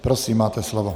Prosím máte slovo.